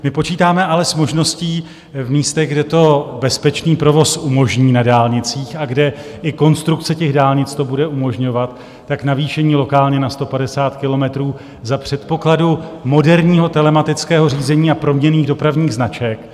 My počítáme ale s možností v místech, kde to bezpečný provoz umožní na dálnicích a kde i konstrukce těch dálnic to bude umožňovat, navýšení lokálně na 150 kilometrů za předpokladu moderního telematického řízení a proměnných dopravních značek.